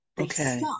Okay